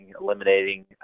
eliminating